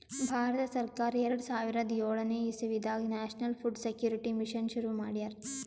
ಭಾರತ ಸರ್ಕಾರ್ ಎರಡ ಸಾವಿರದ್ ಯೋಳನೆ ಇಸವಿದಾಗ್ ನ್ಯಾಷನಲ್ ಫುಡ್ ಸೆಕ್ಯೂರಿಟಿ ಮಿಷನ್ ಶುರು ಮಾಡ್ಯಾರ್